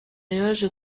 yaje